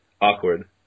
awkward